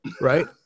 Right